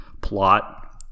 plot